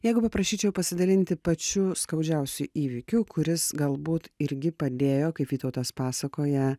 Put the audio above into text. jeigu paprašyčiau pasidalinti pačiu skaudžiausiu įvykiu kuris galbūt irgi padėjo kaip vytautas pasakoja